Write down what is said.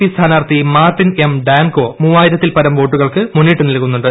P സ്ഥാനാർത്ഥി Martin M Danko മുവായിരത്തിൽ പരം വോട്ടുകൾക്ക് മുന്നിട്ട് നിൽക്കുന്നുണ്ട്